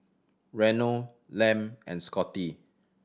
Reno Lem and Scotty